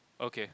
okay